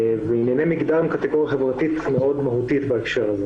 וענייני מגדר הם קטגוריה חברתית מאוד מהותית בהקשר הזה